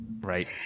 Right